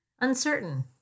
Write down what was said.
uncertain